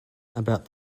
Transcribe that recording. about